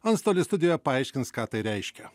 antstolė studijoje paaiškins ką tai reiškia